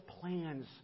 plans